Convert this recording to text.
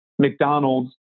McDonald's